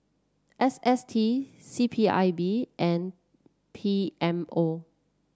S S T C P I B and P M O